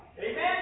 Amen